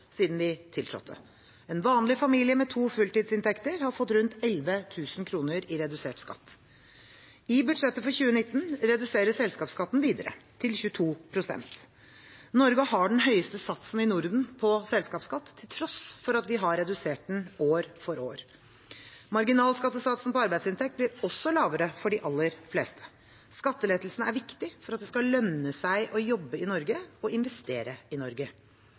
siden vi tiltrådte. En vanlig familie med to fulltidsinntekter har fått rundt 11 000 kr i redusert skatt. I budsjettet for 2019 reduseres selskapsskatten videre, til 22 pst. Norge har den høyeste satsen i Norden på selskapsskatt – til tross for at vi har redusert den år for år. Marginalskattesatsen på arbeidsinntekt blir også lavere for de aller fleste. Skattelettelsene er viktige for at det skal lønne seg å jobbe i Norge og å investere i Norge.